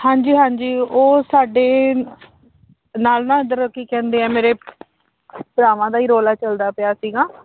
ਹਾਂਜੀ ਹਾਂਜੀ ਉਹ ਸਾਡੇ ਨਾਲ ਨਾ ਇੱਧਰ ਕੀ ਕਹਿੰਦੇ ਆ ਮੇਰੇ ਭਰਾਵਾਂ ਦਾ ਹੀ ਰੌਲਾ ਚੱਲਦਾ ਪਿਆ ਸੀਗਾ